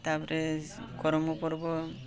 ତା'ପରେ କରମ ପର୍ବ